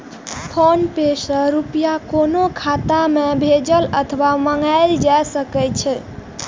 PhonePe सं रुपया कोनो खाता मे भेजल अथवा मंगाएल जा सकै छै